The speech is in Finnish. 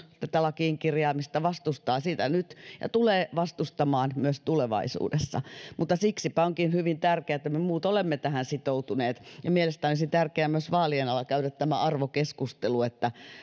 tätä lakiin kirjaamista aiemmin vastustanut vastustaa sitä nyt ja tulee vastustamaan myös tulevaisuudessa mutta siksipä onkin hyvin tärkeää että me muut olemme tähän sitoutuneet ja mielestäni olisi tärkeää myös vaalien alla käydä tämä arvokeskustelu että